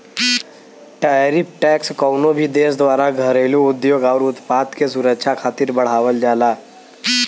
tariff tax कउनो भी देश द्वारा घरेलू उद्योग आउर उत्पाद के सुरक्षा खातिर बढ़ावल जाला